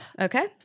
Okay